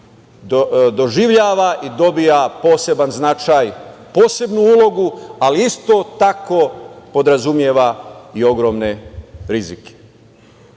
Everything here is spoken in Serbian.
doživljava i dobija poseban značaj, posebnu ulogu, ali isto tako podrazumeva i ogromne rizike. Mi